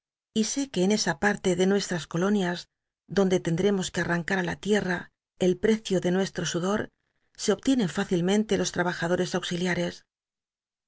y sé que en esa patte de nuestras colonias donde tendremos que arrancar i la l iel'l'a el precio de nuestro sudor se obtienen fticilmentc los ltabajadores auxiliares